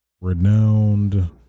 renowned